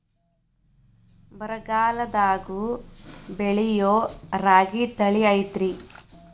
ಬರಗಾಲದಾಗೂ ಬೆಳಿಯೋ ರಾಗಿ ತಳಿ ಐತ್ರಿ?